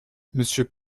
monsieur